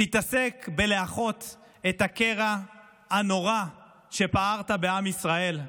תתעסק בלאחות את הקרע הנורא שפערת בעם ישראל,